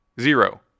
zero